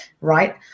Right